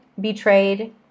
betrayed